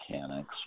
mechanics